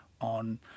on